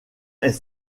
est